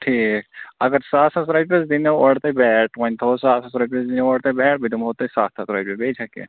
ٹھیٖک اَگر ساسَس رۄپیَس دِیٖنَو اورٕ تۄہہِ بیٹ وۅنۍ تھاوَو ساسَس رۄپیَس دیٖنَو اورٕ تۄہہِ بیٹ بہٕ دِمہو تۄہہِ سَتھ ہَتھ رۄپیہِ بیٚیہِ چھا کیٚنٛہہ